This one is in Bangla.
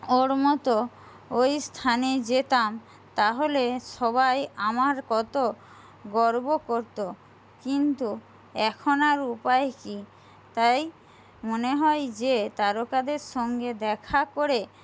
ওর মতো ওই স্থানে যেতাম তাহলে সবাই আমার কত গর্ব করত কিন্তু এখন আর উপায় কি তাই মনে হয় যে তারকাদের সঙ্গে দেখা করে